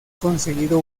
conseguido